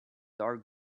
dark